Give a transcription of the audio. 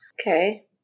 Okay